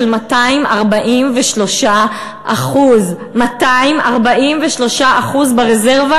243%; 243% ברזרבה.